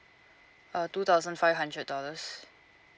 uh two thousand five hundred dollars